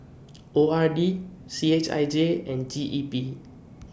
O R D C H I J and G E P